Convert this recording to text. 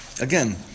Again